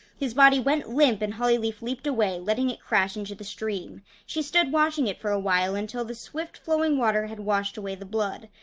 his body went limp and hollyleaf leaped away, letting it crash into the stream. she stood watching it for a while, until the swift flowing water had washed away the blood.